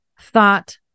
thought